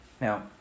Now